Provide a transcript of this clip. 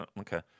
okay